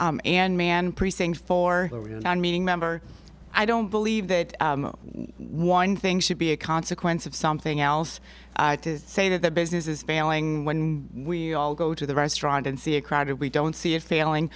you and man precinct for not meeting member i don't believe that one thing should be a consequence of something else to say that business is failing when we all go to the restaurant and see a crowded we don't see it failing